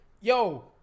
yo